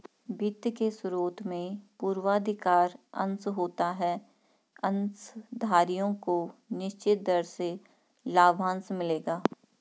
वित्त के स्रोत में पूर्वाधिकार अंश होता है अंशधारियों को निश्चित दर से लाभांश मिलेगा